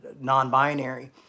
non-binary